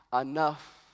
enough